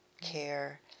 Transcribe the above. care